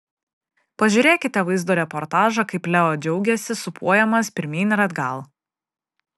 pažiūrėkite vaizdo reportažą kaip leo džiaugiasi sūpuojamas pirmyn ir atgal